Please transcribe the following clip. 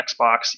Xbox